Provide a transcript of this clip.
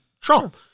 Trump